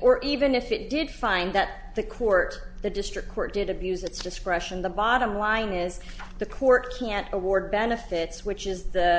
or even if it did find that the court the district court did abused its discretion the bottom line is the court can't award benefits which is the